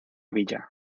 villa